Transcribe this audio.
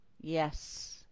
yes